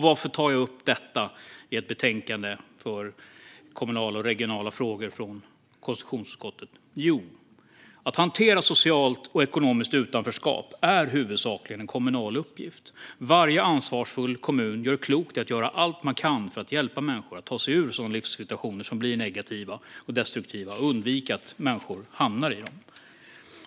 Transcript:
Varför tar jag upp detta i en debatt om ett betänkande gällande kommunala och regionala frågor från konstitutionsutskottet? Jo, eftersom att hantera socialt och ekonomiskt utanförskap huvudsakligen är en kommunal uppgift. Varje ansvarsfull kommun gör klokt i att göra allt man kan för att hjälpa människor att ta sig ur sådana livssituationer som blir negativa och destruktiva och undvika att människor hamnar i dem.